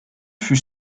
fut